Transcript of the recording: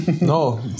No